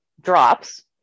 drops